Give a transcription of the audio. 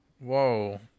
Whoa